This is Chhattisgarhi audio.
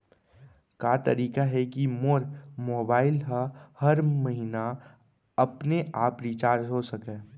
का तरीका हे कि मोर मोबाइल ह हर महीना अपने आप रिचार्ज हो सकय?